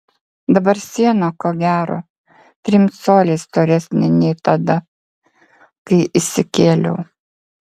dabar siena ko gero trim coliais storesnė nei tada kai įsikėliau